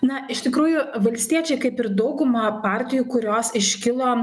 na iš tikrųjų valstiečiai kaip ir dauguma partijų kurios iškilo